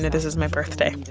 this is my birthday.